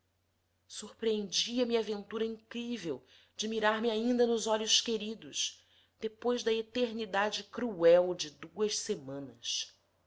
surpreendia me a ventura incrível de mirar me ainda nos olhos queridos depois da eternidade cruel de duas semanas